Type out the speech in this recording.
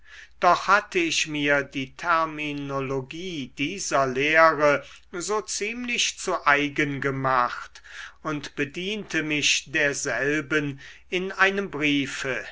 doch hatte ich mir die terminologie dieser lehre so ziemlich zu eigen gemacht und bediente mich derselben in einem briefe